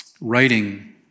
writing